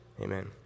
Amen